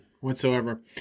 Whatsoever